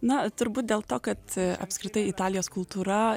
na turbūt dėl to kad apskritai italijos kultūra